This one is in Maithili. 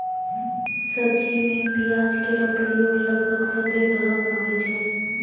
सब्जी में प्याज केरो प्रयोग लगभग सभ्भे घरो म होय छै